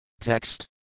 Text